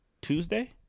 Tuesday